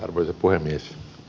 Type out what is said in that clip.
arvoisa puhemies